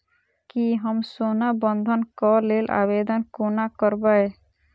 की हम सोना बंधन कऽ लेल आवेदन कोना करबै?